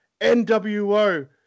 NWO